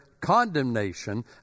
condemnation